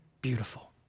beautiful